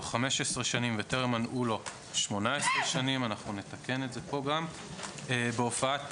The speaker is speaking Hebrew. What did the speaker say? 15 שנים וטרם מלאו לו 18 שנים בהופעת פרסום,